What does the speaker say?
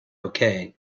okay